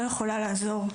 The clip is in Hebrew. ולבת שלי אני לא יכולה לעזור.